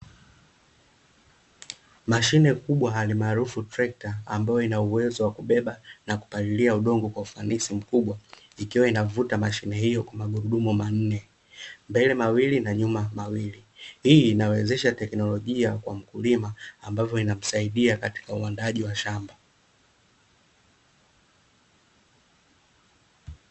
Mashine kubwa hali maarufu trekta ambayo ina uwezo wa kubeba na kupalilia udongo kwa ufanisi mkubwa ikiwa inavuta mashine hiyo kwa magurudumu manne, mbele mawili na nyuma mawili. Hii inawezesha teknolojia kwa mkulima ambavyo inamsaidia katika uuandaaji wa shamba.